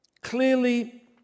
clearly